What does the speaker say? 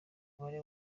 umubare